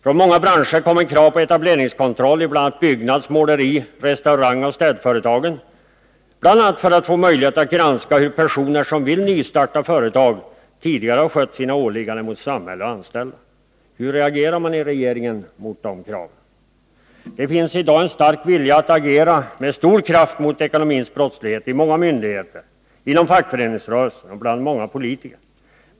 Krav på etableringskontroll kommer från många branscher, t.ex. byggnads-, måleri-, restaurangoch städföretagen. Det gäller bl.a. att få möjlighet att granska hur personer som vill nystarta företag tidigare har skött sina åligganden mot samhälle och anställda. Hur reagerar man i regeringen på sådana krav? Det finns i dag en stark vilja hos många myndigheter, inom fackföreningsrörelsen och hos många politiker att agera med stor kraft mot ekonomisk brottslighet.